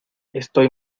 estoy